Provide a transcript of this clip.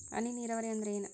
ಹನಿ ನೇರಾವರಿ ಅಂದ್ರ ಏನ್?